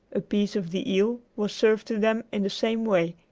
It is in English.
a piece of the eel was served to them in the same way,